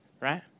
right